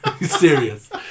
serious